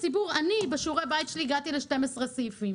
בשיעורי הבית שעשיתי הגעתי ל-12 סעיפים